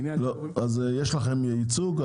יש לכם ייצוג.